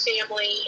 family